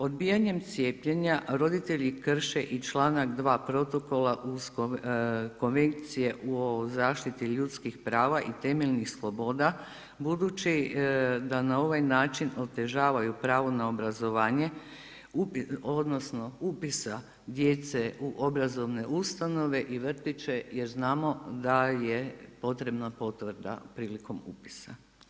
Odbijanjem cijepljenja roditelji krše i članak 2. Protokola uz Konvencije o zaštiti ljudskih prava i temeljnih sloboda budući da na ovaj način otežavaju pravo na obrazovanje odnosno upisa djece u obrazovne ustanove i vrtiće jer znamo da je potrebna potvrda prilikom upisa.